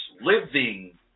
living